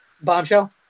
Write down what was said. Bombshell